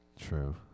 True